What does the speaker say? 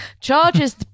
charges